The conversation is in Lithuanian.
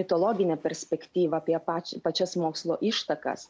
mitologinę perspektyvą apie pačią pačias mokslo ištakas